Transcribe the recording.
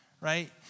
right